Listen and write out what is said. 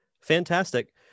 Fantastic